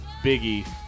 Biggie